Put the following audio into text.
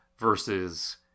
versus